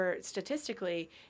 statistically